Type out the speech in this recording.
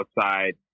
outside